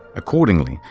accordingly,